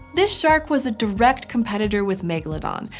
this shark was a direct competitor with megalodon,